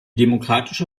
demokratische